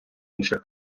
інших